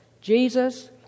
Jesus